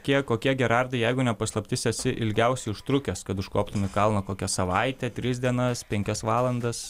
kiek kokie gerardai jeigu ne paslaptis esi ilgiausiai užtrukęs kad užkoptum į kalną kokią savaitę tris dienas penkias valandas